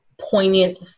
poignant